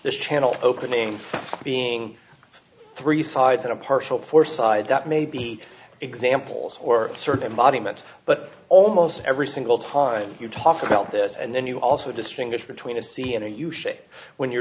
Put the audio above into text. this channel opening being three sides and a partial four side that may be examples or certain body meant but almost every single time you talk about this and then you also distinguish between a c n n u shape when you're